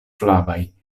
flavaj